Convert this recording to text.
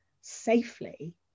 safely